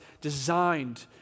designed